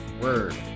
word